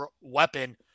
weapon